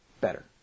Better